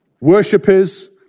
worshipers